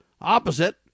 opposite